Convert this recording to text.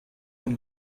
von